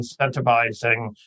incentivizing